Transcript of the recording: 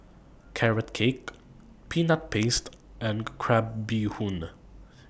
Carrot Cake Peanut Paste and Crab Bee Hoon